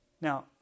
Now